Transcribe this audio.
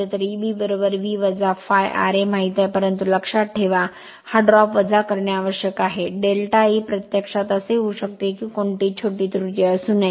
तर Eb V ∅ ra माहित आहे परंतु लक्षात ठेवा हा ड्रॉप वजा करणे आवश्यक आहे डेल्टा E प्रत्यक्षात असे होऊ शकते की कोणतीही छोटी त्रुटी असू नये